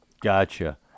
Gotcha